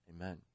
amen